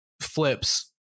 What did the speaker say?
flips